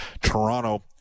Toronto –